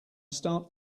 start